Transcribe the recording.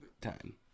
Time